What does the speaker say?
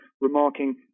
remarking